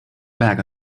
bag